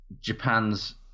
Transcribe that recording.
Japan's